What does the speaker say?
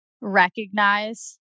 recognize